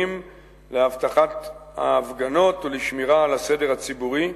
לאבטחת ההפגנות ולשמירה על הסדר הציבורי,